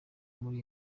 muri